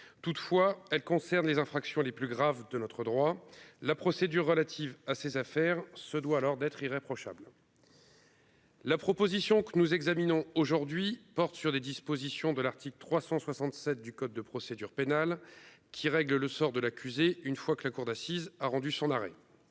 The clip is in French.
toutefois, elle concerne les infractions les plus graves de notre droit, la procédure relative à ses affaires se doit lors d'être irréprochable. La proposition que nous examinons aujourd'hui porte sur des dispositions de l'article 367 du code de procédure pénale qui règle le sort de l'accusé, une fois que la cour d'assises, a rendu son arrêt.